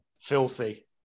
filthy